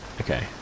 Okay